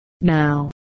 Now